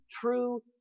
true